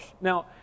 Now